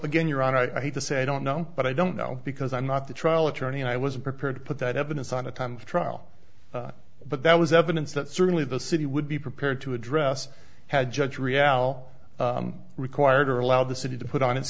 again your honor i had to say i don't know but i don't know because i'm not the trial attorney and i was prepared to put that evidence on a time trial but that was evidence that certainly the city would be prepared to address had judge reale required or allow the city to put on